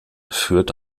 führt